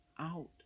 out